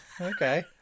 okay